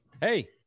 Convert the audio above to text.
hey